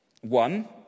One